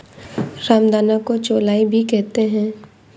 रामदाना को चौलाई भी कहते हैं